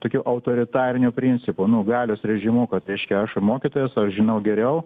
tokiu autoritariniu principu nu galios režimu kad reiškia aš mokytojas aš žinau geriau